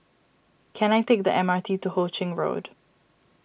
can I take the M R T to Ho Ching Road